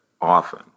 often